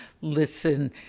listen